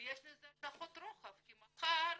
ויש לזה השלכות רוחב כי מחר